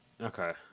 Okay